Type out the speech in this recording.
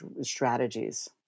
strategies